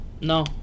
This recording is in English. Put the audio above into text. No